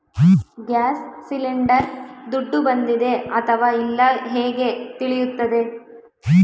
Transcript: Gas cylinder ದುಡ್ಡು ಬಂದಿದೆ ಅಥವಾ ಇಲ್ಲ ಹೇಗೆ ತಿಳಿಯುತ್ತದೆ?